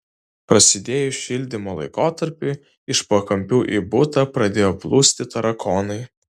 prasidėjus šildymo laikotarpiui iš pakampių į butą pradėjo plūsti tarakonai